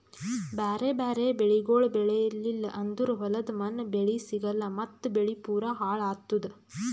ಬ್ಯಾರೆ ಬ್ಯಾರೆ ಬೆಳಿಗೊಳ್ ಬೆಳೀಲಿಲ್ಲ ಅಂದುರ್ ಹೊಲದ ಮಣ್ಣ, ಬೆಳಿ ಸಿಗಲ್ಲಾ ಮತ್ತ್ ಬೆಳಿ ಪೂರಾ ಹಾಳ್ ಆತ್ತುದ್